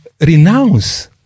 renounce